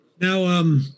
Now